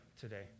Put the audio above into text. today